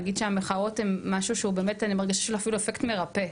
להגיד שהמחאות הן משהו שאני מרגישה שיש לו אפילו אפקט מרפא.